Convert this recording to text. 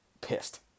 pissed